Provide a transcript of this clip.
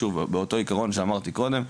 באותו עיקרון שאמרתי קודם,